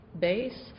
base